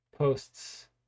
Posts